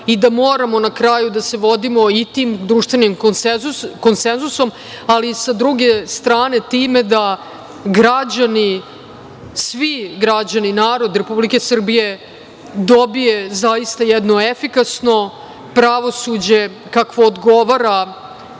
da moramo na kraju da se vodimo i tim društvenim konsenzusom, ali i sa druge strane time da građani, svi građani, narod Republike Srbije dobije zaista jedno efikasno pravosuđe kakvo odgovara